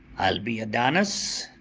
i'll be adonis,